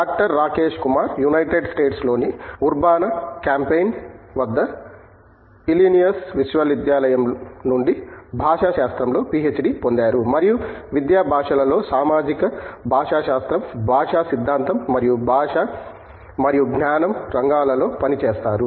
doctor Rajesh Kumar United States లోని Urbana Champaign వద్ద Illinois విశ్వవిద్యాలయం నుండి భాషాశాస్త్రంలో పిహెచ్డి పొందారు మరియు విద్య భాషలలో సామాజిక భాషాశాస్త్రం భాషా సిద్ధాంతం మరియు భాష మరియు జ్ఞానం రంగాలలో పని చేస్తారు